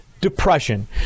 depression